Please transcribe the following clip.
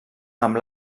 amb